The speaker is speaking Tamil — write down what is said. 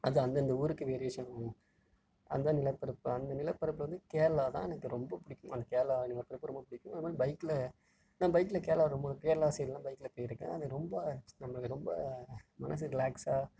அது அந்தந்த ஊருக்கு வேரியேஷன் வரும் அதுதான் நிலப்பரப்பு அந்த நிலப்பரப்பில் வந்து கேரளா தான் எனக்கு ரொம்ப பிடிக்கும் அந்த கேரளா நிலப்பரப்பு ரொம்ப பிடிக்கும் ஆனால் பைக்கில் நான் பைக்கில் கேரளா ரொம்ப கேரளா சைடெலாம் பைக்கில் போயிருக்கேன் அது ரொம்ப நம்மளுக்கு ரொம்ப மனதுக்கு ரிலாக்ஸாக